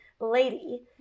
lady